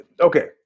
okay